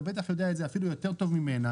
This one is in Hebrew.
אתה בטח יודע את זה אפילו יותר טוב ממני,